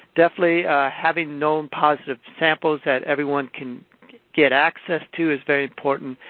definitely having known positive samples that everyone can get access to is very important,